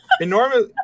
enormous